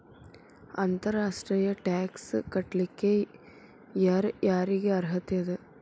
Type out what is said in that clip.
ಅಂತರ್ ರಾಷ್ಟ್ರೇಯ ಟ್ಯಾಕ್ಸ್ ಕಟ್ಲಿಕ್ಕೆ ಯರ್ ಯಾರಿಗ್ ಅರ್ಹತೆ ಅದ?